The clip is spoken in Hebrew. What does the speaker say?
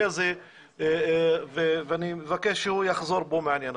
הזה ואני מבקש שהוא יחזור בו מהביטוי הזה.